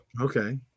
Okay